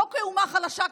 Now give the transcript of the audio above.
לא כאומה חלשה,